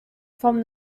from